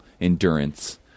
endurance